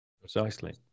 Precisely